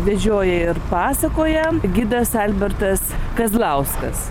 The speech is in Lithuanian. vedžioja ir pasakoja gidas albertas kazlauskas